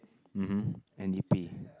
mmhmm N_D_P